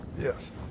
Yes